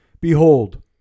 Behold